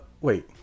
wait